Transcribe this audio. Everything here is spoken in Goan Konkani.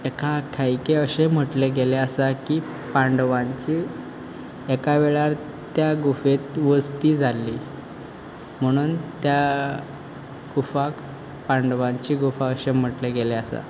एका आख्यायिके अशें म्हटलें गेलें आसा की पांडवांचीं एका वेळार त्या गुफेंत वस्ती जाल्ली म्हणून त्या गुफाक पांडवांची गुफा अशें म्हटलें गेलें आसा